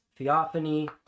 Theophany